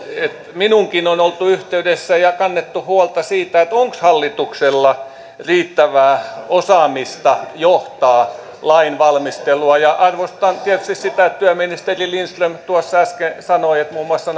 minuunkin on oltu yhteydessä ja kannettu huolta siitä onko hallituksella riittävää osaamista johtaa lainvalmistelua arvostan tietysti sitä että työministeri lindström tuossa äsken sanoi että muun muassa